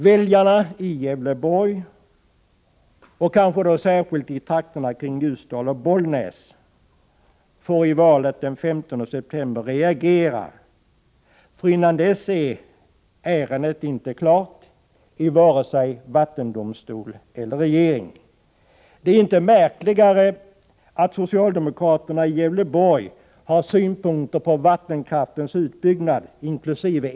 Väljarna i Gävleborg och kanske särskilt i trakterna kring Ljusdal och Bollnäs får i valet den 15 september möjlighet att reagera, för innan dess är ärendet inte klart i vare sig vattendomstolen eller regeringen. Det är inte märkligare att socialdemokraterna i Gävleborg har synpunkter på vattenkraftens utbyggnad inkl.